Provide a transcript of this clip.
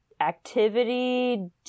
activity